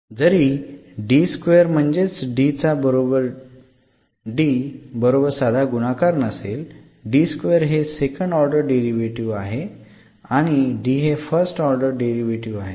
जरी म्हणजे चा बरोबर साधा गुणाकार नसेल हे सेकंड ऑर्डर डेरीवेटीव्ह आहे आणि हे फर्स्ट ऑर्डर डेरीवेटीव्ह आहे